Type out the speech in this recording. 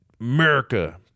America